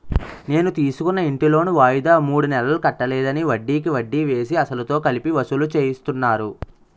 నేను తీసుకున్న ఇంటి లోను వాయిదా మూడు నెలలు కట్టలేదని, వడ్డికి వడ్డీ వేసి, అసలుతో కలిపి వసూలు చేస్తున్నారు